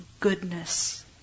goodness